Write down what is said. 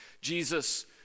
Jesus